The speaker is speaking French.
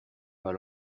pas